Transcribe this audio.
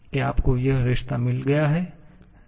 क्या आपको यह रिश्ता मिल गया है